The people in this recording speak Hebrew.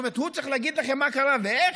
זאת אומרת, הוא צריך להגיד לכם מה קרה ואיך?